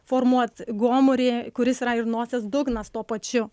formuot gomurį kuris yra ir nosies dugnas tuo pačiu